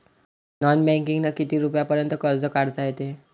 Non बँकिंगनं किती रुपयापर्यंत कर्ज काढता येते?